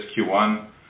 Q1